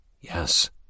Yes